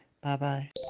Bye-bye